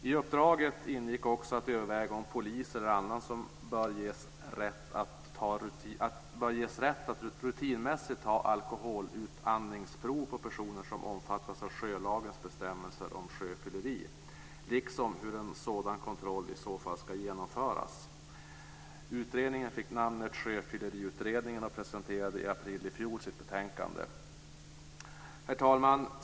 I uppdraget ingick också att överväga om polis eller annan bör ges rätt att rutinmässigt ta alkoholutandningsprov på personer som omfattas av sjölagens bestämmelser om sjöfylleri, liksom hur en sådan kontroll i så fall ska genomföras. Utredningen fick namnet Sjöfylleriutredningen och presenterade i april i fjol sitt betänkande. Herr talman!